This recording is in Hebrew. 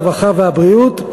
הרווחה והבריאות,